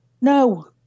No